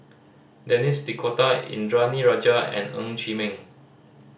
Denis D'Cotta Indranee Rajah and Ng Chee Meng